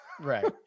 Right